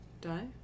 die